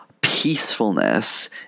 peacefulness